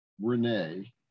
Renee